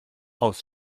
aus